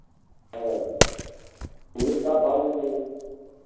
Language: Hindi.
हाँ उसका भाव भी बोलिए